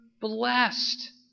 blessed